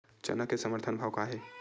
चना के समर्थन भाव का हे?